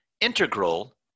integral